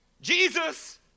Jesus